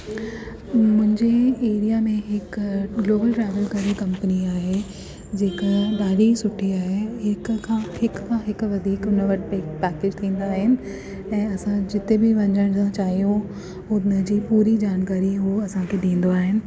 मुंहिंजे एरिया में हिकु ग्लोबल ट्रैवल करे हिकु कंपनी आहे जेका ॾाढी सुठी आहे हिकु खां हिकु खां हिकु वधीक हुन वटि पैकेज थींदा आहिनि ऐं असां जिते बि वञण था चाहियूं हुन जी पूरी जानकारी उहे असांखे ॾींदो आहिनि